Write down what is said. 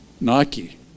Nike